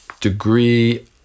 degree